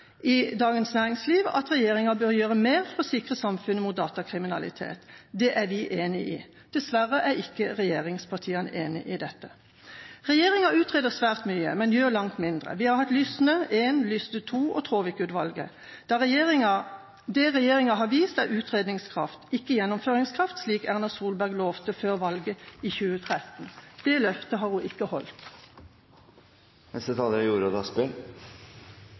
i Dagens Næringsliv at regjeringa bør gjøre mer for å sikre samfunnet mot datakriminalitet. Det er vi enig i. Dessverre er ikke regjeringspartiene enig i dette. Regjeringa utreder svært mye, men gjør langt mindre. Vi har hatt Lysne I-, Lysne II- og Traavik-utvalget. Det regjeringa har vist, er utredningskraft, ikke gjennomføringskraft, slik Erna Solberg lovet før valget i 2013. Det løftet har hun ikke holdt.